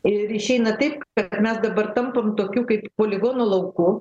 ir išeina taip kad mes dabar tampam tokiu kaip poligono lauku